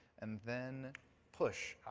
and then push.